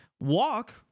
walk